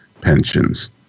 pensions